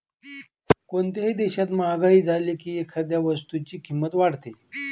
कोणत्याही देशात महागाई झाली की एखाद्या वस्तूची किंमत वाढते